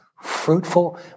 fruitful